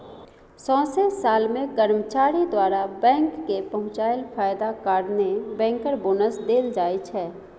सौंसे साल मे कर्मचारी द्वारा बैंक केँ पहुँचाएल फायदा कारणेँ बैंकर बोनस देल जाइ छै